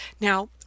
Now